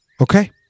Okay